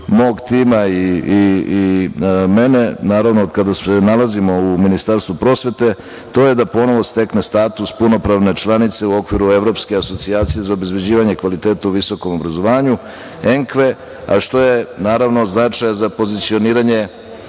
mog tima i mene kada se nalazimo u Ministarstvu prosvete to je da ponovo stekne status punopravne članice u okviru Evropske asocijacije za obezbeđivanje kvaliteta u visokom obrazovanju, ENKA, a što je od značaja za pozicioniranje